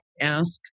ask